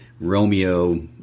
Romeo